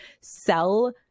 sell